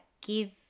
give